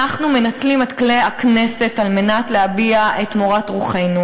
אנחנו מנצלים את כלי הכנסת על מנת להביע את מורת רוחנו,